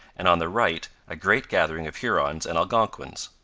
and on the right a great gathering of hurons and algonquins.